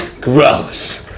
Gross